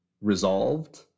resolved